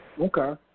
Okay